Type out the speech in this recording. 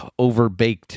overbaked